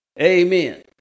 Amen